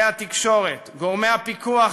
כלי התקשורת, גורמי הפיקוח,